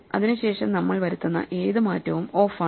അതിനുശേഷം നമ്മൾ വരുത്തുന്ന ഏത് മാറ്റവും ഓഫാണ്